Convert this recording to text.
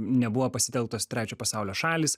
nebuvo pasitelktos trečio pasaulio šalys